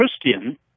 Christian